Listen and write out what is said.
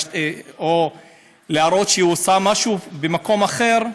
או להראות שהיא עושה משהו במקום אחר,